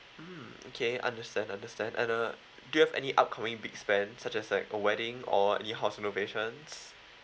mm okay understand understand and uh do you have any upcoming big spend such as like a wedding or any house renovation